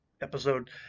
episode